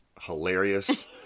hilarious